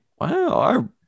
Wow